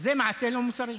זה מעשה לא מוסרי.